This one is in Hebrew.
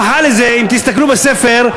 ההוכחה לזה, אם תסתכלו בספר,